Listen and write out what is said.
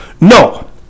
No